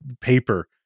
paper